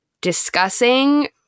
discussing